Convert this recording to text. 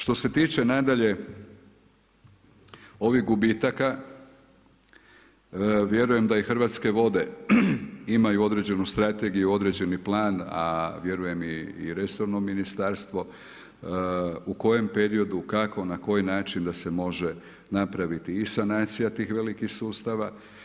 Što se tiče nadalje ovih gubitaka, vjerujem da i Hrvatske vode imaju određenu strategiju, određeni plan, a vjerujem i resorno ministarstvo u kojem periodu, kako na koji način da se može napraviti i sanacija tih velikih sustava.